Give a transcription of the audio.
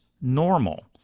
normal